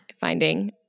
finding